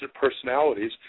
personalities